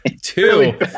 Two